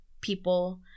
people